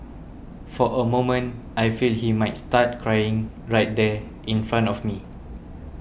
for a moment I feel he might start crying right there in front of me